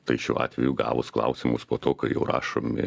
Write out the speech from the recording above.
tai šiuo atveju gavus klausimus po to kai jau rašomi